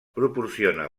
proporciona